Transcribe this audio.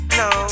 no